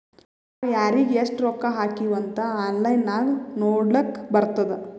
ನಾವ್ ಯಾರಿಗ್ ಎಷ್ಟ ರೊಕ್ಕಾ ಹಾಕಿವ್ ಅಂತ್ ಆನ್ಲೈನ್ ನಾಗ್ ನೋಡ್ಲಕ್ ಬರ್ತುದ್